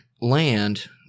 Land